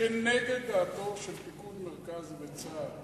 כנגד דעתו של פיקוד מרכז וצה"ל